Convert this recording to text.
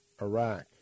Iraq